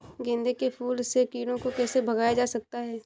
गेंदे के फूल से कीड़ों को कैसे भगाया जा सकता है?